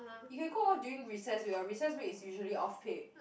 you can go lor during recess week recess week is usually off peak